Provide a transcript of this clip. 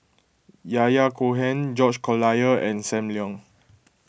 Yahya Cohen George Collyer and Sam Leong